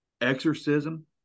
exorcism